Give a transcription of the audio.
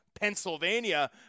Pennsylvania